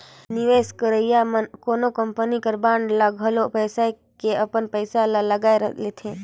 निवेस करइया मन कोनो कंपनी कर बांड ल घलो बेसाए के अपन पइसा ल लगाए लेथे